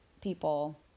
people